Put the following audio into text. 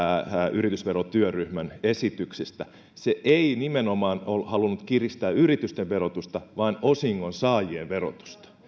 yritysverotyöryhmän esityksestä se ei nimenomaan halunnut kiristää yritysten verotusta vaan osingonsaajien verotusta